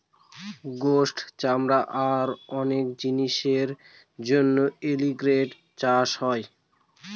গোস, চামড়া আর অনেক জিনিসের জন্য এলিগেটের চাষ হয়